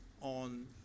on